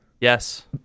Yes